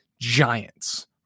Giants